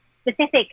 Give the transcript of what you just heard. specific